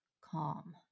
calm